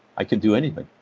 i can do anything.